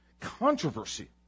controversy